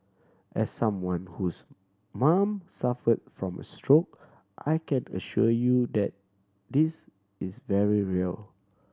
as someone whose mom suffered from a stroke I can assure you that this is very real